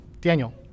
Daniel